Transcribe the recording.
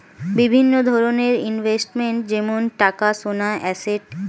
বিভিন্ন ধরনের ইনভেস্টমেন্ট যেমন টাকা, সোনা, অ্যাসেট